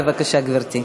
בבקשה, גברתי.